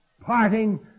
parting